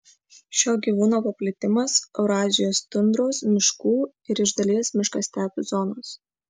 šio gyvūno paplitimas eurazijos tundros miškų ir iš dalies miškastepių zonos